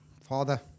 Father